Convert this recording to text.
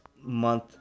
month